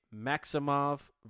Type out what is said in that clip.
Maximov